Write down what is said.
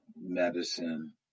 medicine